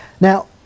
Now